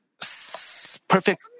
perfect